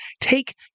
take